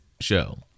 show